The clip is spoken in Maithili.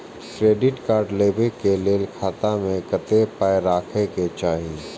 क्रेडिट कार्ड लेबै के लेल खाता मे कतेक पाय राखै के चाही?